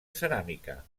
ceràmica